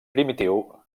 primitiu